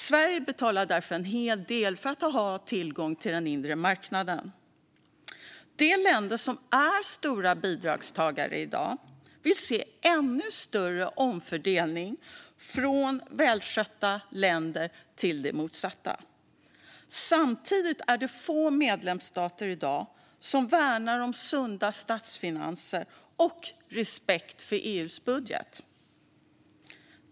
Sverige betalar därför en hel del för att få tillgång till den inre marknaden. De länder som i dag är stora bidragstagare vill se en ännu större omfördelning av pengar från välskötta länder till det motsatta. Samtidigt är det få medlemsstater i dag som värnar sunda ekonomiska statsfinanser och respekt för EU:s budget.